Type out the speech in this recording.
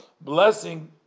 blessing